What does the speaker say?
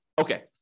Okay